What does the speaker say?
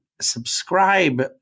subscribe